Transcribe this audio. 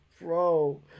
Bro